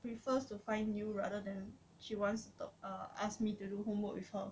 prefers to find you rather than she wants to err ask me to do homework with her